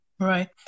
Right